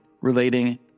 relating